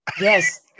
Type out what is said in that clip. Yes